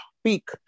speak